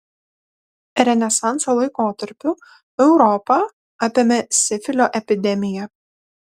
renesanso laikotarpiu europą apėmė sifilio epidemija